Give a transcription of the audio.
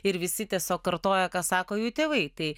ir visi tiesiog kartoja ką sako jų tėvai tai